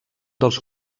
dels